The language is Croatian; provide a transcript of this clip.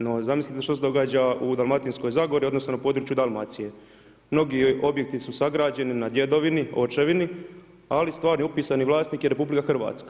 No zamislite što se događa u Dalmatinskoj zagori odnosno na području Dalmacije, mnogi objekti su sagrađeni na djedovini, očevini, ali stvarni upisani vlasnik je RH.